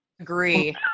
Agree